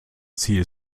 ziel